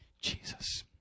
Jesus